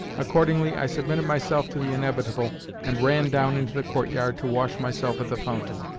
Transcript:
accordingly i submitted myself to the inevitable and ran down into the courtyard to wash myself at the fountain.